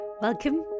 Welcome